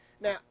Now